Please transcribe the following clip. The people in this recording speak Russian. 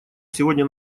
сегодня